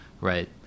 right